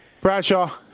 Bradshaw